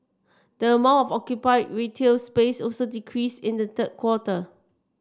the amount of occupied retail space also decreased in the third quarter